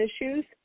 issues